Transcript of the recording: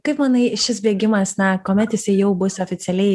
kaip manai šis bėgimas na kuomet jisai jau bus oficialiai